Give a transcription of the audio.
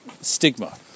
stigma